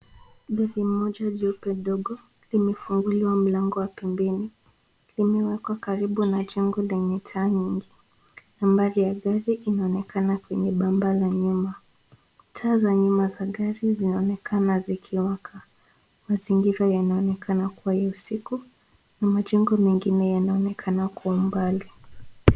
Gari moja jeupe dogo limefunguliwa mlango wa pembeni. Limewekwa karibu na jengo lenye taa nyingi. Nambari ya gari inaonekana kwenye bamba la nyuma. Taa za nyuma za gari zinaonekana zikiwaka. Mazingira yanaonekana kuwa ya usiku na majengo mengine yanaonekana kwa umbali.